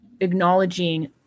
acknowledging